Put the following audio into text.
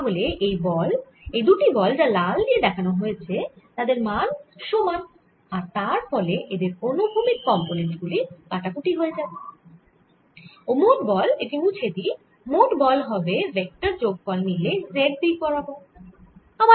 তাহলে এই দুটি বল যা লাল দিয়ে দেখানো হয়েছে তাদের মান সমান আর তার ফলে এদের অনুভূমিক কম্পোনেন্ট গুলি কাটাকুটি হয়ে যাবে ও মোট বল এই টি মুছে দিই মোট বল হবে ভেক্টর যোগফল নিলে z দিক বরাবর